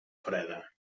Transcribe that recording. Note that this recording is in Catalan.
freda